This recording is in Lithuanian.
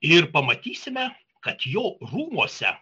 ir pamatysime kad jo rūmuose